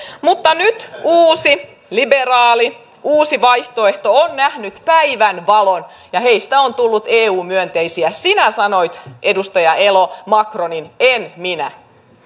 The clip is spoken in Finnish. mutta nyt uusi liberaali uusi vaihtoehto on nähnyt päivänvalon ja heistä on tullut eu myönteisiä sinä sanoit edustaja elo macronin en minä